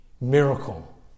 miracle